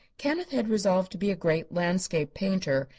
kenneth had resolved to be a great landscape painter,